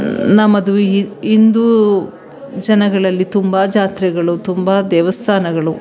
ನಮ್ಮದು ಈ ಹಿಂದೂ ಜನಗಳಲ್ಲಿ ತುಂಬ ಜಾತ್ರೆಗಳು ತುಂಬ ದೇವಸ್ಥಾನಗಳು